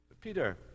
Peter